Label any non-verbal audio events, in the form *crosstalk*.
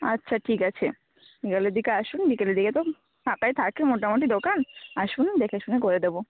আচ্ছা ঠিক আছে *unintelligible* দিকে আসুন বিকেলের দিকে তো ফাঁকাই থাকে মোটামুটি দোকান আসুন দেখে শুনে করে দেবো